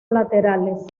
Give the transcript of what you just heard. laterales